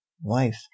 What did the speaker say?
wife